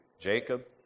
Jacob